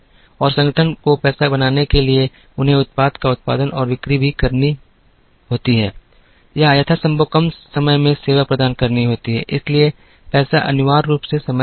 और संगठन को पैसा बनाने के लिए उन्हें उत्पाद का उत्पादन और बिक्री भी करनी होती है या यथासंभव कम समय में सेवा प्रदान करनी होती है इसलिए पैसा अनिवार्य रूप से समय होता है